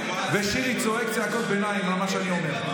שירי צועק צעקות ביניים על מה שאני אומר.